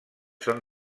són